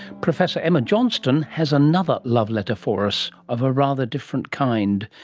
professor emma johnston has another love letter for us, of a rather different kind.